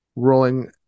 rolling